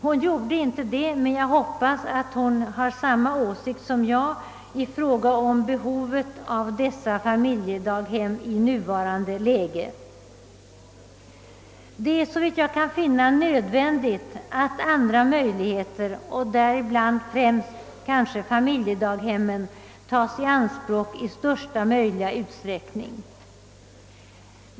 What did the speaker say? Hon gjorde inte det, men jag hoppas att hon har samma åsikt som jag i fråga om behovet av dessa familjedaghem i nuvarande läge. Det är såvitt jag kan finna nödvändigt att andra möjligheter, däribland kanske främst familjedaghemmen, tas i anspråk i största möjliga utsträckning.